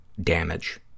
damage